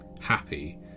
happy